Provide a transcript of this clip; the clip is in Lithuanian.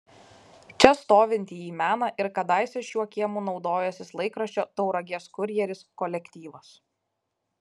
čia stovintį jį mena ir kadaise šiuo kiemu naudojęsis laikraščio tauragės kurjeris kolektyvas